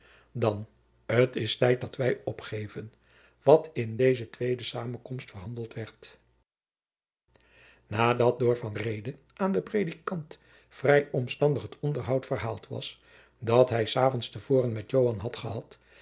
dan t is tijd dat wij opgeven wat in deze tweede zamenkomst verhandeld werd nadat door van reede aan den predikant vrij omstandig het onderhoud verhaald was dat hij s avonds te voren met joan had gehad